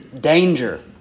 Danger